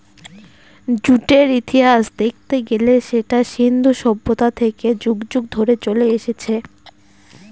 জুটের ইতিহাস দেখতে গেলে সেটা সিন্ধু সভ্যতা থেকে যুগ যুগ ধরে চলে আসছে